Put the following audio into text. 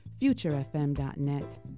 FutureFM.net